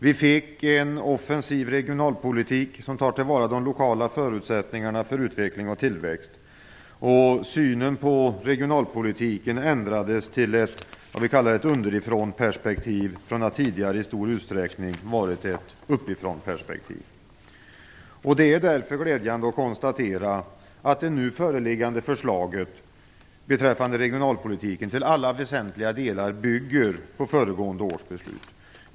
Vi fick en offensiv regionalpolitik som tar till vara de lokala förutsättningarna för utveckling och tillväxt. Synen på regionalpolitiken ändrades till vad vi kallar ett underifrånperspektiv från att tidigare i stor utsträckning varit ett uppifrånperspektiv. Det är därför glädjande att konstatera att det nu föreliggande förslaget beträffande regionalpolitiken i alla väsentliga delar bygger på föregående års beslut.